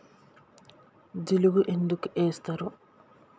జిలుగు ఎందుకు ఏస్తరు?